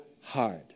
hard